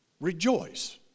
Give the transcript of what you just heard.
rejoice